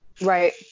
Right